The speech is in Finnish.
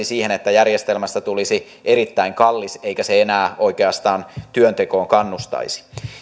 siihen että järjestelmästä tulisi erittäin kallis eikä se enää oikeastaan työntekoon kannustaisi